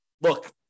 look